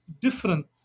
different